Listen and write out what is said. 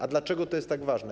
A dlaczego to jest tak ważne?